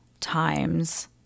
times